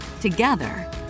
together